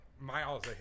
miles